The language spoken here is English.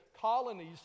colonies